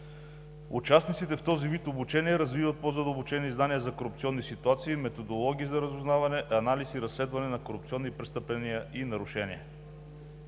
Участниците в този вид обучения развиват по-задълбочени знания за корупционни ситуации, методологии за разузнаване, анализ и разследване на корупционни престъпления и нарушения.